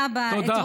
א.ב.א,